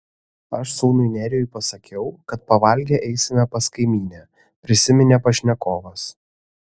aš sūnui nerijui pasakiau kad pavalgę eisime pas kaimynę prisiminė pašnekovas